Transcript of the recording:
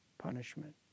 Punishment